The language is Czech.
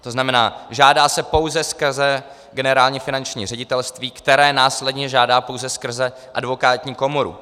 To znamená, žádá se pouze skrze Generální finanční ředitelství, které následně žádá pouze skrze advokátní komoru.